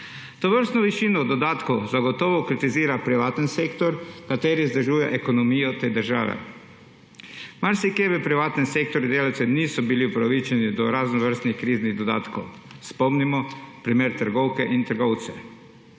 Tovrstno višino dodatkov zagotovo kritizira privatni sektor, ki vzdržuje ekonomijo te države. Marsikje v privatnem sektorju delavci niso bili upravičeni do raznovrstnih kriznih dodatkov, spomnimo na primer trgovk in trgovcev.